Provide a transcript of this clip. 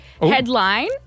Headline